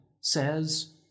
says